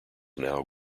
now